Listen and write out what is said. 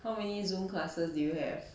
how many zoom classes do you have